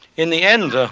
in the end, and